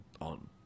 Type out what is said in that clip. on